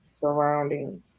surroundings